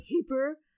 paper